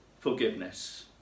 Forgiveness